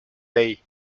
bay